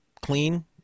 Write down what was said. clean